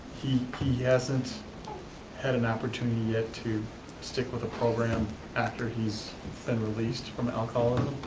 he hasn't had an opportunity yet to stick with a program after he's been released from alcoholism.